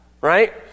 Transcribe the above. right